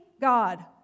God